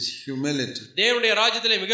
humility